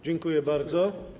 Dziękuję bardzo.